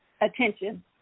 attention